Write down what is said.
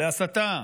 להסתה?